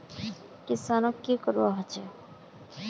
किसानोक की करवा होचे?